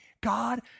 God